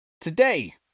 today